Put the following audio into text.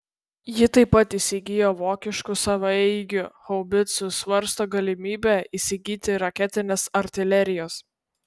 ji taip pat įsigijo vokiškų savaeigių haubicų svarsto galimybę įsigyti raketinės artilerijos